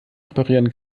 reparieren